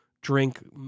drink